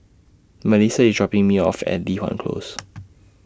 Milissa IS dropping Me off At Li Hwan Close